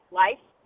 life